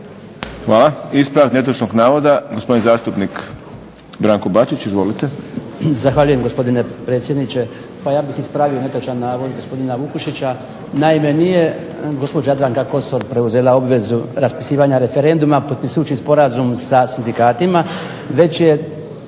Hvala. Ispravak netočnog navoda, gospodin zastupnik Branko Bačić. Izvolite. **Bačić, Branko (HDZ)** Zahvaljujem gospodine predsjedniče. Pa ja bih ispravio netočan navod gospodina Vukšića. Naime nije gospođa Jadranka Kosor preuzela obvezu raspisivanja referenduma, potpisivajući sporazum sa sindikatima već je